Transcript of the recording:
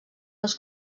les